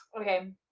Okay